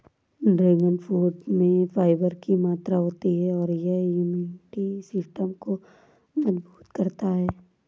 dragon fruit में fibre की मात्रा होती है और यह इम्यूनिटी सिस्टम को मजबूत करता है